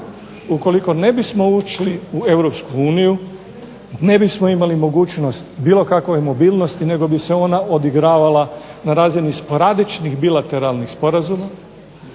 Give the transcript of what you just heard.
Ukoliko ne bismo ušli u EU ne bismo imali mogućnost bilo kakve mobilnosti nego bi se ona odigravala na razini sporadičnih bilateralnih sporazuma,